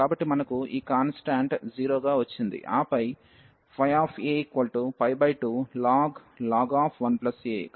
కాబట్టి మనకు ఈ కాన్స్టాంట్ 0 గా వచ్చింది ఆపై a2log 1a